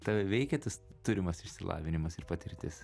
tave veikia tas turimas išsilavinimas ir patirtis